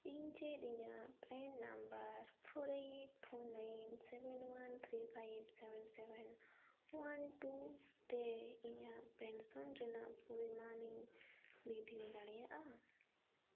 ᱤᱧ ᱪᱮᱫ ᱤᱧᱟᱹᱜ phone number four eight four nine seven one three five seven seven one two ᱛᱮ ᱤᱧᱟᱹᱜ ᱯᱮᱱᱥᱚᱱ ᱨᱮᱱᱟᱜ ᱯᱚᱨᱤᱢᱟᱱ ᱤᱧ ᱵᱤᱰᱟᱹᱣ ᱫᱟᱲᱮᱭᱟᱜᱼᱟ